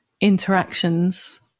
interactions